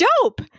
dope